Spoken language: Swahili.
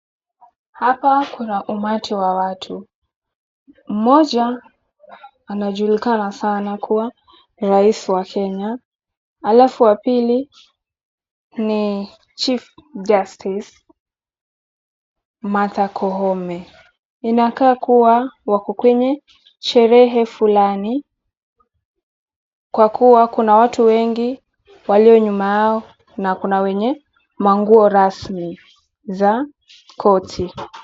Hapa kuna umati wa watu. Mmoja anajulikana sana kuwa rais wa Kenya. Alafu wa pili ni Chief Justice Martha Koome. Inakaa kuwa wako kwenye sherehe fulani kwa kuwa kuna watu wengi walio nyuma yao na kuna wenye manguo rasmi za koti.